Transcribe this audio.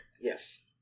Yes